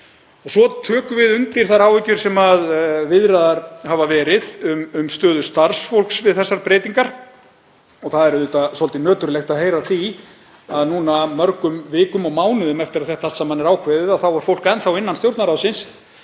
Svo tökum við undir þær áhyggjur sem viðraðar hafa verið um stöðu starfsfólks við þessar breytingar. Það er svolítið nöturlegt að heyra af því að núna, mörgum vikum og mánuðum eftir að þetta allt saman er ákveðið, að fólk innan Stjórnarráðsins